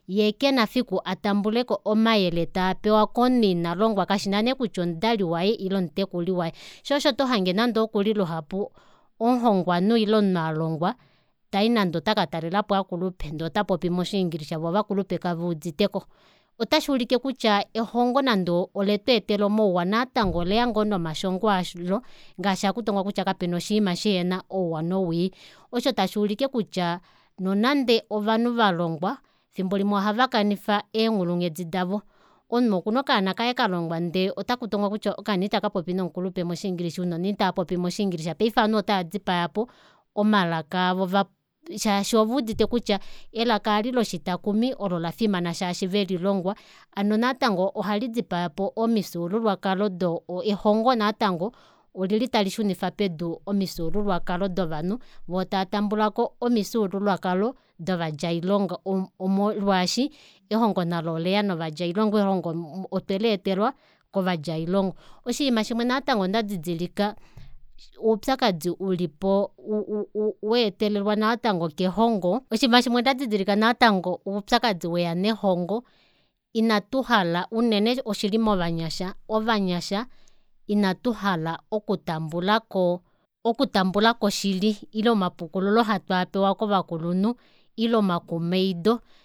Yeekena efiku atambuleko omayele taapewa komunhu inalongwa kashina nee kutya omudali waye ile omutekuli waye shoo osho tohange nande okuli luhapu omuhongwanhu ile omunhu alongwa tayi nande otaka talelapo aakulupe ndee otapopi moshingilisha voo ovakulupe kaveuditeko otashuulike kutya elongo nande letweetela omauwa natango oleya ngoo nomashongo alo ngaashi hakutongwa kutya kapena oshinima shihena ouwa nowii osho tashuulike kutya nonande ovanhu valongwa efimbo limwe ohavakanifa eenghulunghedi davo omunhu okuna okaana kaye kalongwa ndee otakutongwa kutya okaana itakapopi nomukulupe moshi english ounona itaapopi mo english paife ovanhu otava dipayapo omalaka avo shaashi oveudite kutya elaka eli loshitakumi olo lafimana shaashi velilongwa hano natango ohalidipyapo omifyuululwakalo elongo natango olili talishunifa pedu omifyuululwakalo dovanhu voo tava tambulako omifyuululwakalo dovadjailongo molwaashi elongo nalo oleya novadjailongo elongo otwe leetelwa kovadjailongo oshinima shimwe natango ndadidilika oupyakadi ulipo waetelelwa natango kelongo oshinima shimwe ndadidilika natango oupyakadi weya nelongo ina tuhala unene oshili movanyasha ovanyasha ina tuhala okutumbulako okutambulako oshili ile omapukululo hatwaapewa kovakulunhu ile omakumaido